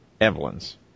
Evelyns